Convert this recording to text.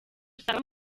usanga